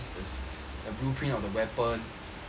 the blueprint of the weapon everything